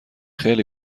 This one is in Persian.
خیلی